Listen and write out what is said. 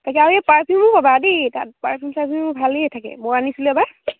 তাকে আৰু এই পাৰফিউমো পাবা দেই তাত পাৰফিউম চাৰৰ্ফিউম ভালেইে থাকে মই আনিছিলে এবাৰ